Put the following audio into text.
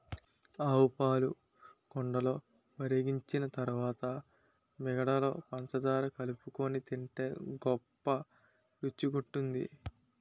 ఆవుపాలు కుండలో మరిగించిన తరువాత మీగడలో పంచదార కలుపుకొని తింటే గొప్ప రుచిగుంటది